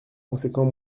conséquent